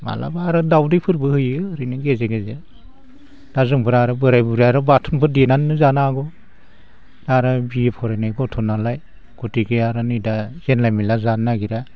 माब्लाबा आरो दाउदैफोरबो होयो ओरैनो गेजेर गेजेर दा जोंफ्रा आरो बोराइ बुरिया आरो बाथोनफोर देनानै जानो हागौ दा आरो बि ए फरायनाय गथ'नालाय गथिखे आरो नै दा जानला मोनला जानो नागिरा